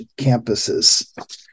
campuses